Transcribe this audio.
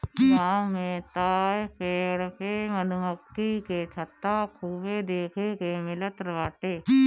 गांव में तअ पेड़ पे मधुमक्खी के छत्ता खूबे देखे के मिलत बाटे